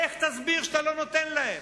איך תסביר שאתה לא נותן להם?